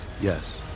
Yes